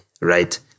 right